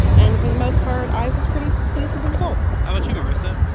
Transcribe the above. and for the most part, i was pretty pleased with the result how about you, marissa?